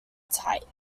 type